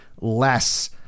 less